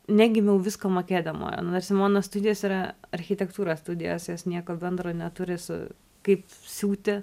negimiau visko mokėdama nors ir mano studijos yra architektūros studijos jos nieko bendro neturi su kaip siūti